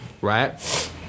right